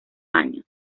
años